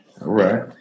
Right